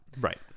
Right